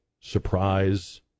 surprise